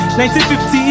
1950